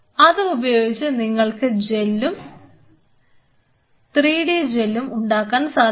അത് ഉപയോഗിച്ച് നിങ്ങൾക്ക് ജെല്ലും 3D ജെല്ലും ഉണ്ടാക്കാൻ സാധിക്കും